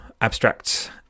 abstract